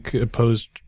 opposed